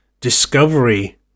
discovery